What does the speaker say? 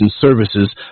services